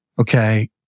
Okay